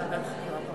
כן.